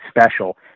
special